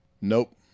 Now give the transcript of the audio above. Nope